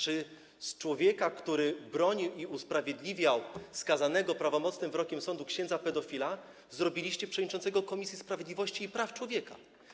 Z człowieka, który bronił i usprawiedliwiał skazanego prawomocnym wyrokiem sądu księdza pedofila, zrobiliście przewodniczącego Komisji Sprawiedliwości i Praw Człowieka.